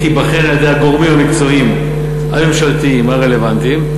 היא תיבחן על-ידי הגורמים המקצועיים הממשלתיים הרלוונטיים,